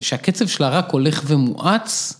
‫שהקצב שלה רק הולך ומואץ.